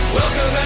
welcome